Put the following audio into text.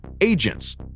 agents